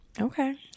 Okay